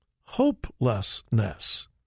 Hopelessness